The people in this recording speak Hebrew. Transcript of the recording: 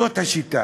זאת השיטה.